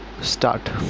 start